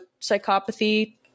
psychopathy